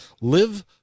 live